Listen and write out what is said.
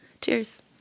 Cheers